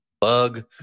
bug